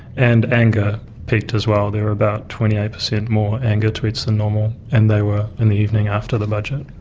and anger peaked, as well, there were about twenty eight percent more anger tweets than normal, and they were in the evening after the budget.